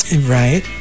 Right